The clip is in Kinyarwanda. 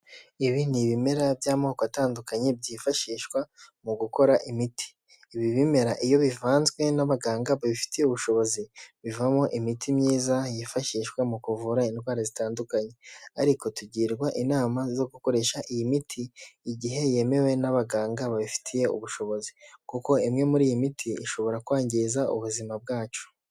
Ibi ni ibimera by'amoko atandukanye byifashishwa mu gukora imiti, ibi bimera iyo bivanzwe n'abaganga babifitiye ubushobozi, bivamo imiti myiza yifashishwa mu kuvura indwara zitandukanye, ariko tugirwa inama zo gukoresha iyi miti igihe yemewe n'abaganga babifitiye ubushobozi, kuko imwe muri iyi miti ishobora kwangiza ubuzima bwacu.